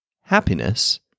happiness